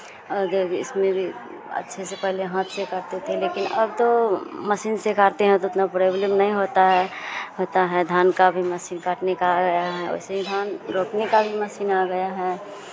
और जब इसमें भी अच्छे से पहले हाथ से काटते थे लेकिन अब तो मशीन से काटते हैं तो उतना प्रोब्लम नहीं होता है होता है धान का भी मशीन काटने का आ गया है वैसे ही धान रोपने का भी मशीन आ गया है